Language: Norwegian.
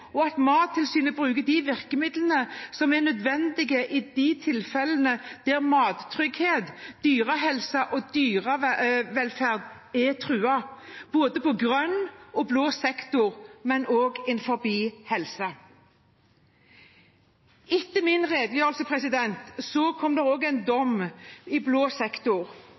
og at Mattilsynet bruker de virkemidlene som er nødvendige i de tilfellene der mattrygghet, dyrehelse og dyrevelferd er truet, både i grønn og i blå sektor, men også innen helse. Etter min redegjørelse kom det en dom i blå sektor,